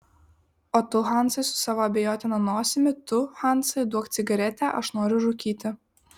o tu hansai su savo abejotina nosimi tu hansai duok cigaretę aš noriu rūkyti